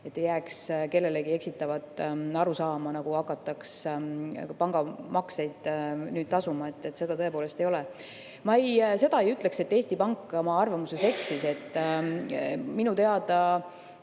et ei jääks kellelegi eksitavat arusaama, nagu hakataks pangamakseid tasuma. Seda tõepoolest ei ole. Ma seda ei ütleks, et Eesti Pank oma arvamuses eksis. Minu teada